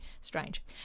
strange